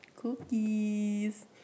Cookies